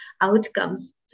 outcomes